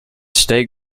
state